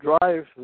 drive